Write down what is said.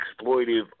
exploitive